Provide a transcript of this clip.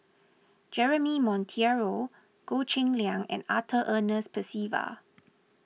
Jeremy Monteiro Goh Cheng Liang and Arthur Ernest Percival